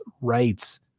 rights